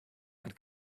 and